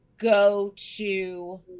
go-to